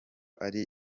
ari